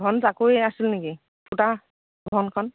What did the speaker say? ঘন জাকৈ আছিলে নেকি ফুটা ঘনখন